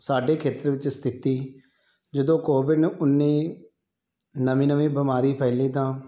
ਸਾਡੇ ਖੇਤਰ ਵਿੱਚ ਸਥਿਤੀ ਜਦੋਂ ਕੋਵਿਡ ਉੱਨੀ ਨਵੀਂ ਨਵੀਂ ਬਿਮਾਰੀ ਫੈਲੀ ਤਾਂ